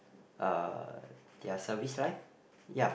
uh their service life ya